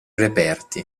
reperti